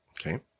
Okay